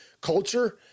culture